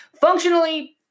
Functionally